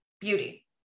Beauty